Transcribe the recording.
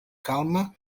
calma